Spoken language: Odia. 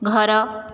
ଘର